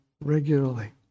regularly